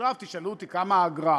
עכשיו תשאלו אותי כמה האגרה?